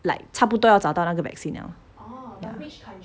like 差不多要找到那个 vaccine liao